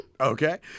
Okay